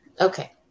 Okay